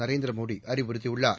நரேந்திர மோடி அறிவுறுத்தியுள்ளார்